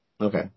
Okay